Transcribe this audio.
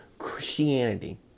Christianity